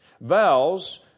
Vows